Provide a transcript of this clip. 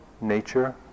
nature